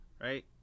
Right